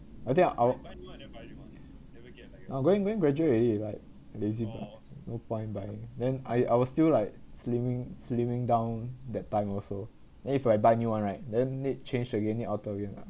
I think our now going going graduate already like lazy buy no point buying then I I was still like slimming slimming down that time also then if I buy new one right then need change again need authoring lah